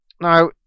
Now